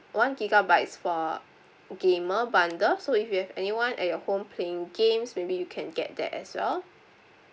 one gigabytes for gamer bundle so if you have anyone at your own playing games maybe you can get that as well